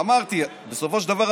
אמרתי: בסופו של דבר,